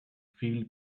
feel